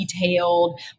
detailed